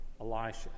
Elisha